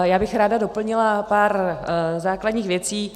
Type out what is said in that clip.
Já bych ráda doplnila pár základních věcí.